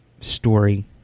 story